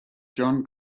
john